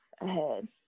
ahead